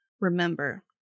Remember